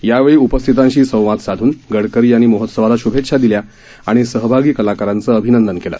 यावेळी उपस्थितांशी संवाद साधून गडकरी यांनी महोत्सवाला शभेच्छा दिल्या आणि सहभागी कलाकारांचं अभिनंदन केलं